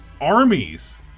armies